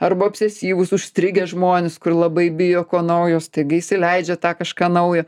arba apsesyvūs užstrigę žmonės kur labai bijo ko naujo staiga įsileidžia tą kažką naujo